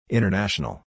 International